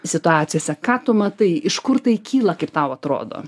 situacijose ką tu matai iš kur tai kyla kaip tau atrodo